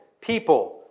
people